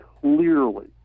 clearly